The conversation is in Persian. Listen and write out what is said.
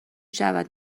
شود